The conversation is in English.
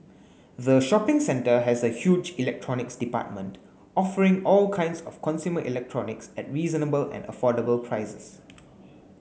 the shopping centre has a huge electronics department offering all kinds of consumer electronics at reasonable and affordable prices